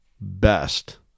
best